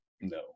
No